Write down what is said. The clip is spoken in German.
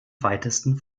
weitesten